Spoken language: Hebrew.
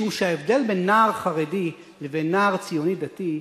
משום שההבדל בין נער חרדי לבין נער ציוני-דתי,